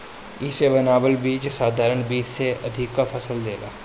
इसे बनावल बीज साधारण बीज से अधिका फसल देला